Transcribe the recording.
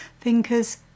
thinkers